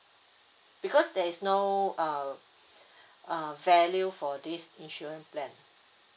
because there is no uh uh value for this insurance plan